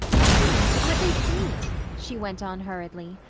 see, aren't they sweet? she went on hurriedly.